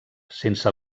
sense